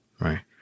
right